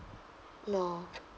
no